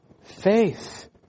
Faith